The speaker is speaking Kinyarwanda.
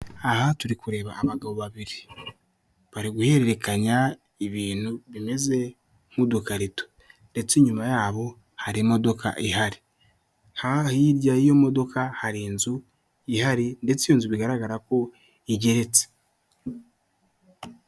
Aha turi kureba abagabo babiri. Bari guhererekanya, ibintu bimeze, nk'udukarito, ndetse inyuma yabo, hari imodoka ihari. Ha hirya y'iyo modoka hari inzu ihari, ndetse inzu bigaragara ko igeretse.